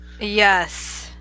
yes